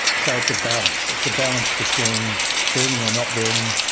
so it's a balance. it's a balance between burning or not burning,